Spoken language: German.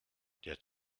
der